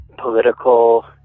political